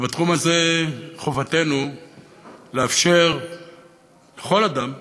ובתחום הזה חובתנו לאפשר לכל אדם,